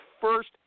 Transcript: first